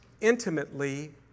intimately